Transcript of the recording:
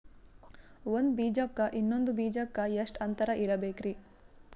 ಒಂದ್ ಬೀಜಕ್ಕ ಇನ್ನೊಂದು ಬೀಜಕ್ಕ ಎಷ್ಟ್ ಅಂತರ ಇರಬೇಕ್ರಿ?